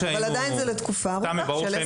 אבל עדיין זה לתקופה ארוכה של 10 שנים.